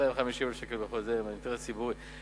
250,000 שקלים זה אינטרס ציבורי,